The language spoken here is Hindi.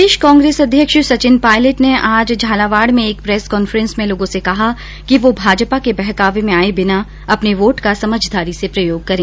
प्रदेश कांग्रेस अध्यक्ष सचिन पायलट ने आज झालावाड़ में एक प्रेस कांन्फ्रेन्स में लोगों से कहा कि वो भाजपा के बहकावे में आये बिना अपने वोट का समझदारी से प्रयोग करें